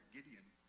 Gideon